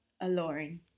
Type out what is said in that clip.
alone